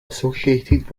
associated